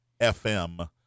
FM